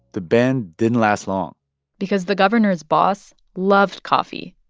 the ban didn't last long because the governor's boss loved coffee,